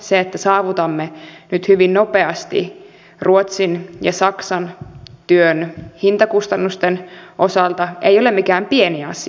se että saavutamme nyt hyvin nopeasti ruotsin ja saksan työn hintakustannusten osalta ei ole mikään pieni asia